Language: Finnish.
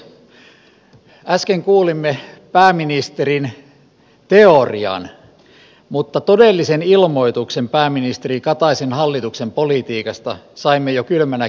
äsken kuulimme pääministerin teorian mutta todellisen ilmoituksen pääministeri kataisen hallituksen politiikasta saimme jo kylmänä keskiviikkona